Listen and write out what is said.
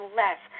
less